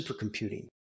supercomputing